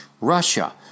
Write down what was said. Russia